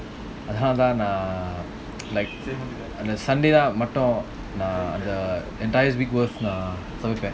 அதனாலதான்நான்:adhunala than like மட்டும்:mattum the entire week worth சமைப்பேன்:samaipen